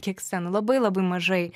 kiek jis ten labai labai mažai